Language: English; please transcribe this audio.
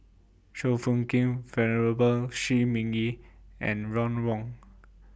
Chua Phung Kim Venerable Shi Ming Yi and Ron Wong